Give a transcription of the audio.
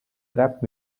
rap